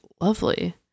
lovely